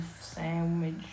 sandwich